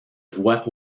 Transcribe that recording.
voit